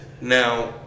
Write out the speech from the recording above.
Now